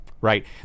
right